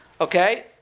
Okay